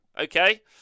Okay